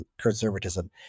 conservatism